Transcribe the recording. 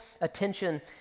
attention